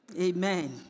amen